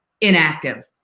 inactive